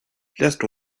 just